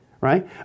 right